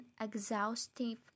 exhaustive